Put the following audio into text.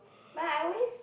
but I always